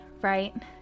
right